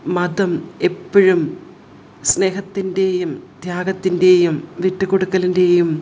മതം എപ്പോഴും സ്നേഹത്തിൻ്റേയും ത്യാഗത്തിൻ്റേയും വിട്ട് കൊടുക്കലിൻ്റേയും